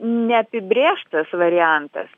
neapibrėžtas variantas